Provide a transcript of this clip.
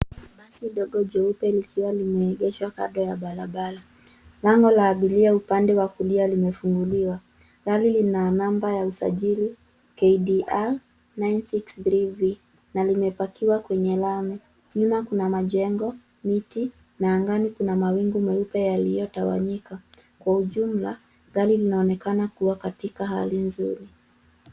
Basi dogo jeupe likiwa limeegeshwa kando ya barabara. Lango la abiria upande wa kulia limefunguliwa. Gari lina namba ya usajili KDR 963V na limepakiwa kwenye lami. Nyumba kuna majengo, miti na angani kuna mawingu meupe yaliyotawanyika. Kwa ujumla, gari linaonekana kuwa katika hali nzuri.